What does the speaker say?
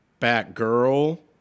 Batgirl